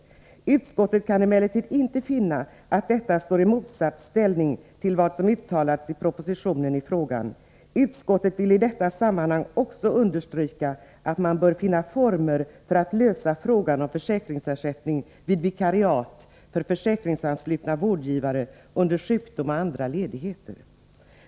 Utskottet kan emellertid inte finna att detta står i motsatsställning till vad som uttalats i propositionen i frågan. Utskottet vill i detta sammanhang också understryka att man bör finna former för att lösa frågan om försäkringsersättning vid vikariat för försäkringsanslutna vårdgivare under sjukdom och andra ledigheter.